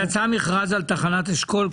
יצא מכרז על תחנת אשכול,